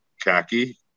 khaki